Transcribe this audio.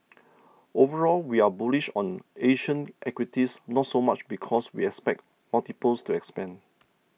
overall we are bullish on Asian equities not so much because we expect multiples to expand